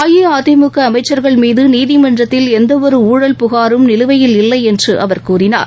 அஇஅதிமுக அமைச்சா்கள் மீது நீதிமன்றத்தில் எந்தவொரு ஊழல் புகாரும் நிலுவையில் இல்லை என்று அவா் கூறினார்